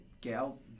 gal